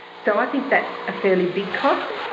so i think that's a fairly big cost.